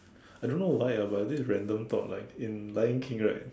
I don't know why ah but this is random thought like in Lion King right